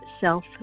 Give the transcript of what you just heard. self